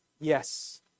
Yes